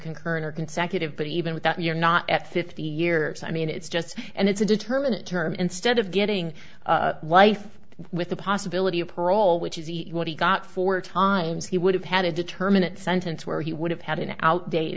concurrent or consecutive but even with that you're not at fifty years i mean it's just and it's a determinant term instead of getting life with the possibility of parole which is what he got four times he would have had a determinant sentence where he would have had an outdated